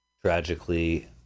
tragically